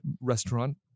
restaurant